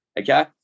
okay